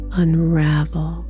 unravel